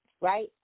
right